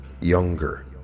younger